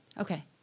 Okay